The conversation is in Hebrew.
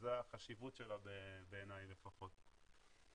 וזו החשיבות שלה בעיני לפחות.